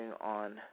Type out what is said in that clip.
on